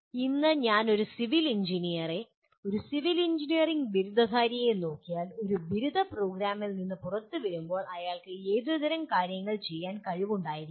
ഇന്ന് ഞാൻ ഒരു സിവിൽ എഞ്ചിനീയറിനെ ഒരു സിവിൽ എഞ്ചിനീയറിംഗ് ബിരുദധാരിയെ നോക്കിയാൽ ഒരു ബിരുദ പ്രോഗ്രാമിൽ നിന്ന് പുറത്തുവരുമ്പോൾ അയാൾക്ക് എന്തുതരം കാര്യങ്ങൾ ചെയ്യാൻ കഴിവുണ്ടായിരിക്കണം